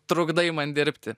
trukdai man dirbti